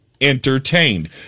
entertained